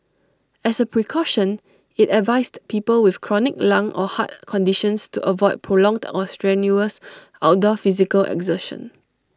as A precaution IT advised people with chronic lung or heart conditions to avoid prolonged or strenuous outdoor physical exertion